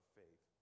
faith